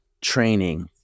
training